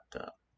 up